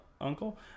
uncle